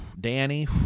danny